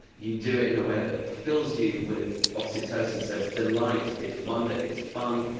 you do it in a way that fills you with oxytocin, so it's delight, it's wonder, it's fun,